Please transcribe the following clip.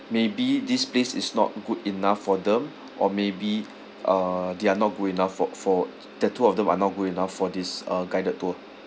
maybe this place is not good enough for them or maybe uh they are not good enough for for the two of them are not good enough for this uh guided tour